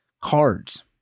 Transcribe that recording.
cards